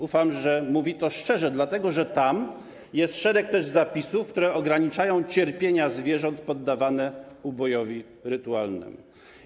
Ufam, że mówi to szczerze, dlatego że tam jest szereg zapisów, które ograniczają cierpienia zwierząt poddawanych ubojowi rytualnemu.